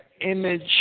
image